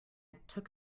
took